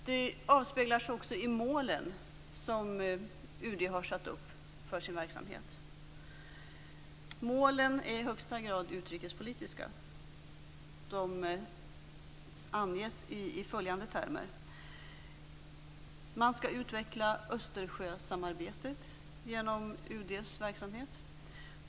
Det avspeglar sig även i de mål som UD har satt upp för sin verksamhet. Målen är i högsta grad utrikespolitiska. De anges i följande termer. Man skall utveckla Östersjösamarbetet genom UD:s verksamhet.